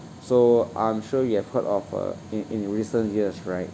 so I'm sure you have heard of uh in in recent years right